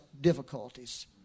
difficulties